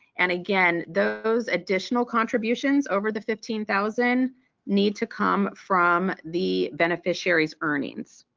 and again those additional contributions over the fifteen thousand need to come from the beneficiary's earnings.